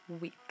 week